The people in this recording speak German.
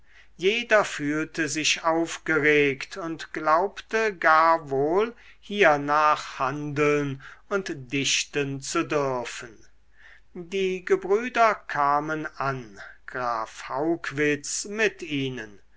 jeder fühlte sich aufgeregt und glaubte garwohl hiernach handeln und dichten zu dürfen die gebrüder kamen an graf haugwitz mit ihnen